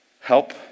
help